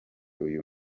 uyu